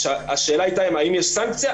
השאלה הייתה האם יש סנקציה?